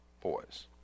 boys